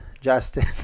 Justin